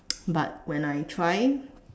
but when I try